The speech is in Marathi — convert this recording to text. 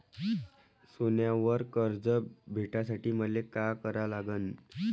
सोन्यावर कर्ज भेटासाठी मले का करा लागन?